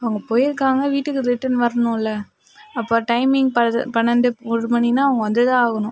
அவங்க போயிருக்காங்க வீட்டுக்கு ரிட்டர்ன் வர்ணும்ல அப்போ டைமனிங் பன்னெண்டு ஒரு மணின்னா அவங்க வந்துதான் ஆகணும்